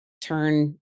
turn